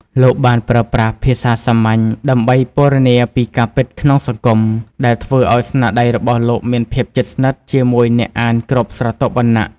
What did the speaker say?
លោកបានប្រើប្រាស់ភាសាសាមញ្ញដើម្បីពណ៌នាពីការពិតក្នុងសង្គម ដែលធ្វើឲ្យស្នាដៃរបស់លោកមានភាពជិតស្និទ្ធជាមួយអ្នកអានគ្រប់ស្រទាប់វណ្ណៈ។